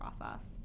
process